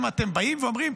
אתם באים ואומרים,